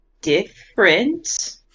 Different